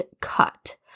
cut